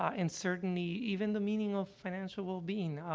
ah, and certainly, even the meaning of financial wellbeing,